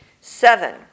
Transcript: Seven